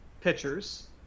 pitchers